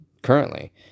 currently